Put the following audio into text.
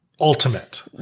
ultimate